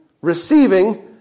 receiving